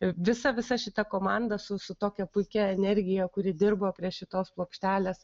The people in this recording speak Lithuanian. visa visa šita komanda su su tokia puikia energija kuri dirba prie šitos plokštelės